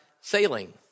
sailing